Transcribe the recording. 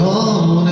on